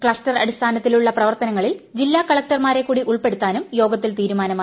cluster അടിസ്ഥാനത്തിലുള്ള പ്രവർത്തനങ്ങളിൽ ജില്ലാ കളക്ടർമാരെ കൂടി ഉൾപ്പെടുത്താനും യോഗത്തിൽ തീരുമാനമായി